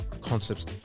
concepts